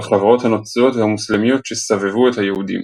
בחברות הנוצריות והמוסלמיות שסבבו את היהודים.